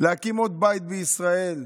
להקים עוד בית בישראל,